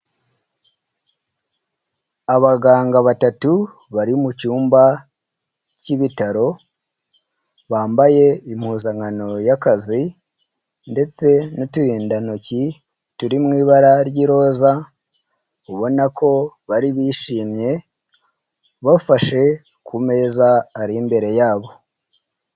Abaganga batatu bari mu cyumba cy'ibitaro bambaye impuzankano y'akazi ndetse n'uturindantoki turi mu ibara ry'iroza, ubona ko bari bishimye bafashe ku meza ari imbere yabo.